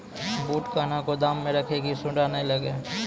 बूट कहना गोदाम मे रखिए की सुंडा नए लागे?